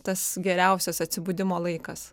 tas geriausias atsibudimo laikas